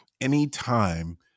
anytime